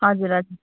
हजुर हजुर